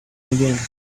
again